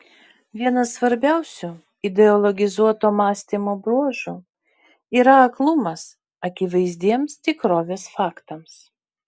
vienas svarbiausių ideologizuoto mąstymo bruožų yra aklumas akivaizdiems tikrovės faktams